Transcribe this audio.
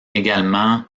également